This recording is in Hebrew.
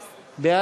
הוועדה, נתקבלו.